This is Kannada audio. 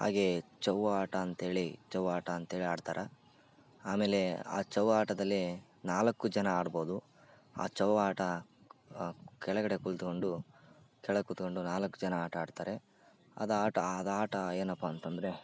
ಹಾಗೆ ಚೌವ್ವ ಆಟ ಅಂಥೇಳಿ ಚೌವ್ವ ಆಟ ಅಂಥೇಳಿ ಆಡ್ತಾರೆ ಆಮೇಲೆ ಆ ಚೌವ್ವ ಆಟದಲ್ಲಿ ನಾಲ್ಕು ಜನ ಆಡಬೋದು ಆ ಚೌವ್ವ ಆಟ ಕೆಳಗಡೆ ಕೂತ್ಕೊಂಡು ಕೆಳಗೆ ಕೂತ್ಕೊಂಡು ನಾಲ್ಕು ಜನ ಆಟ ಆಡ್ತಾರೆ ಅದು ಆಟ ಅದು ಆಟ ಏನಪ್ಪ ಅಂತಂದ್ರೆ